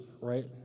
right